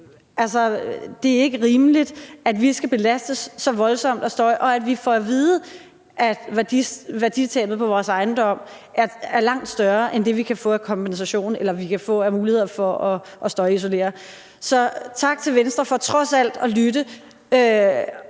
det er ikke rimeligt, at vi skal belastes så voldsomt af støj, og at vi får at vide, at værditabet på vores ejendom er langt større end det, vi kan få i kompensation eller få af muligheder for at støjisolere. Så tak til Venstre for trods alt at lytte.